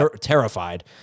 terrified